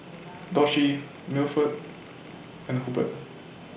Doshie Milford and Hubert